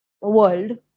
world